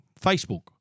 Facebook